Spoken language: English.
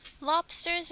Lobsters